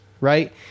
right